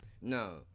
No